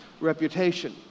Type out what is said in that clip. reputation